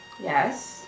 Yes